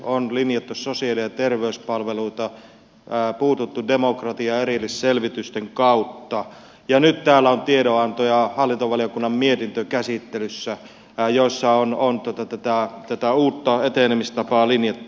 on linjattu sosiaali ja terveyspalveluita puututtu demokratiaan erillisselvitysten kautta ja nyt täällä on käsittelyssä tiedonanto ja hallintovaliokunnan mietintö joissa on tätä uutta etenemistapaa linjattu